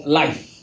life